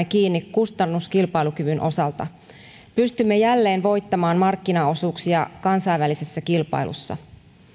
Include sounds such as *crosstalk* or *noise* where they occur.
*unintelligible* kiinni kustannuskilpailukyvyn osalta pystymme jälleen voittamaan markkinaosuuksia kansainvälisessä kilpailussa